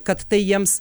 kad tai jiems